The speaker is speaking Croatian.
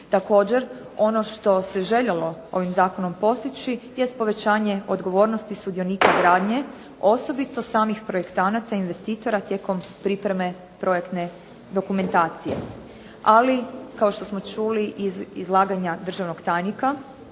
Također, ono što se željelo ovim zakonom postići jest povećanje odgovornosti sudionika gradnje osobito samih projektanata i investitora tijekom pripreme projektne dokumentacije. Ali, kao što smo čuli iz izlaganja državnog tajnika,